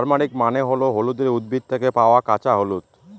turmeric মানে হল হলুদের উদ্ভিদ থেকে পাওয়া কাঁচা হলুদ